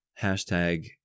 hashtag